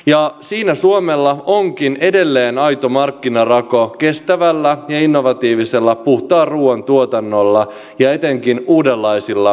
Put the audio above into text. ja siinä suomella onkin edelleen aito markkinarako kestävällä ja innovatiivisella puhtaan ruoan tuotannolla ja etenkin uudenlaisilla tuotteilla